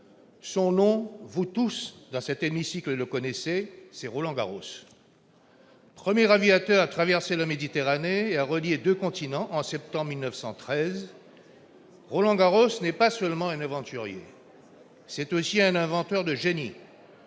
connaissez tous dans cet hémicycle : Roland Garros. Premier aviateur à traverser la Méditerranée et à relier deux continents, en septembre 1913, Roland Garros n'est pas seulement un aventurier. C'est aussi un inventeur de génie.